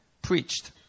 preached